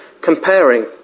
comparing